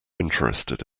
interested